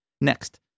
Next